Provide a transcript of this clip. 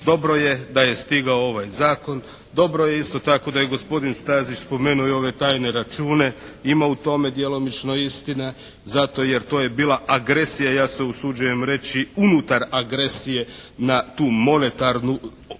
Dobro je da je stigao ovaj zakon. Dobro je isto tako da je gospodin Stazić spomenuo i ove tajne račune. Ima u tome djelomično istina zato jer to je bila agresija ja se usuđujem reći unutar agresije na tu monetarnu